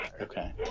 Okay